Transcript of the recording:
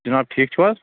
جناب ٹھیٖک چھُو حظ